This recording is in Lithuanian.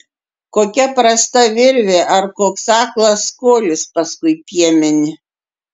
kokia prasta virvė ar koks aklas kolis paskui piemenį